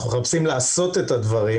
אנחנו מחפשים לעשות את הדברים,